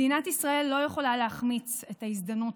מדינת ישראל לא יכולה להחמיץ את ההזדמנות